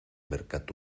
mercat